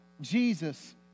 Jesus